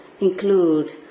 include